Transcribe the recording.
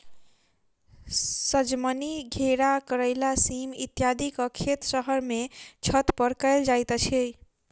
सजमनि, घेरा, करैला, सीम इत्यादिक खेत शहर मे छत पर कयल जाइत छै